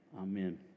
Amen